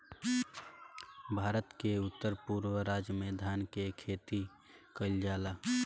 भारत के उत्तर पूरब राज में धान के खेती कईल जाला